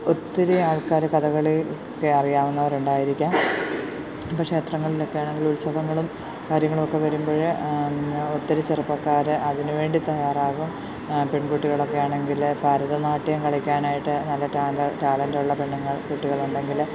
ഒത്തിരി ആൾക്കാർ കഥകളിയൊക്കെ അറിയാവുന്നവർ ഉണ്ടായിരിക്കാം ഇപ്പം ക്ഷേത്രങ്ങളിലൊക്കെ ആണെങ്കിൽ ഉത്സവങ്ങളും കാര്യങ്ങളുമൊക്കെ വരുമ്പഴ് ഒത്തിരി ചെറുപ്പക്കാർ അതിനു വേണ്ടി തയ്യാറാകും പെൺകുട്ടികളൊക്കെ ആണെങ്കിൽ ഭരതനാട്യം കളിക്കാനായിട്ട് നല്ല ടാലൻ്റുള്ള പെണ്ണുങ്ങൾ പെൺകുട്ടികൾ ഉണ്ടെങ്കിൽ